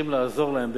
שצריכים לעזור להם,